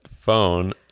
phone